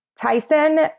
Tyson